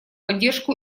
поддержку